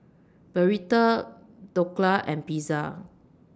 Burrito Dhokla and Pizza